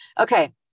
Okay